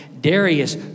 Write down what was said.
Darius